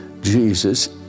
Jesus